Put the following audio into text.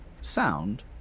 sound